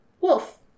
wolf